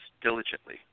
diligently